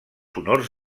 honors